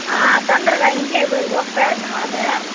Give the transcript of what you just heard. తొందరగా ఇంట్లోకి పొయ్యేది గృహప్రవేశం ఉన్నది